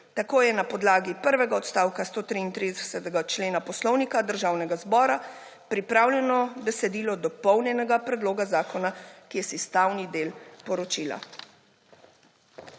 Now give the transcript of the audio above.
Tako je na podlagi prvega odstavka 133. člena Poslovnika Državnega zbora pripravljeno besedilo dopolnjenega predloga zakona, ki je sestavni del poročila.